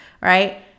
right